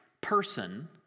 person